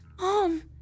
Mom